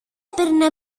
έπαιρνε